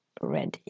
ready